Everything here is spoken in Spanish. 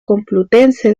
complutense